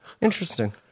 Interesting